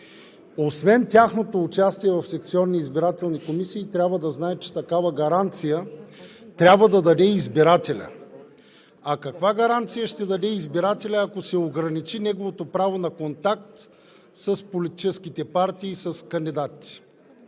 Освен участието им в секционни избирателни комисии, трябва да знаят, че такава гаранция трябва да даде избирателят. Каква гаранция ще даде избирателят, ако се ограничи неговото право на контакт с политическите партии и с кандидатите?